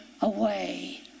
away